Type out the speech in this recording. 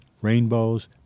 rainbows